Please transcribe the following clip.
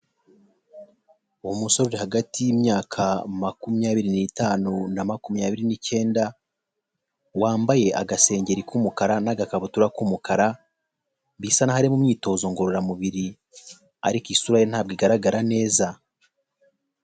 Uwo musore uri hagati y'imyaka makumyabiri n'itanu na makumyabiri n'icyenda, wambaye agasengeri k'umukara n'agakabutura k'umukara, bisa n'aho ari mu myitozo ngororamubiri ariko isura ye ntabwo igaragara neza.